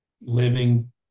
living